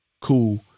Cool